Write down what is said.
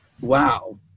Wow